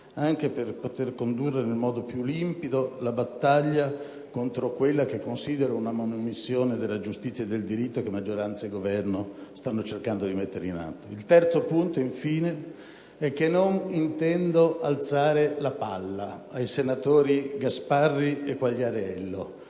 anche per poter condurre in modo più limpido la battaglia contro quella che considero una manomissione della giustizia e del diritto, che maggioranza e Governo stanno cercando di mettere in atto. Il terzo punto, infine, è che non intendo alzare la palla ai senatori Gasparri e Quagliariello,